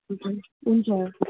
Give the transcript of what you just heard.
हुन्छ